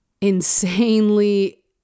insanely